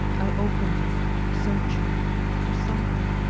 i opened it searching for something,